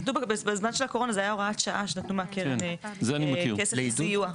בזמן של הקורונה זו הייתה הוראת שעה שנתנו מהקרן כסף לסיוע.